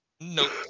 Nope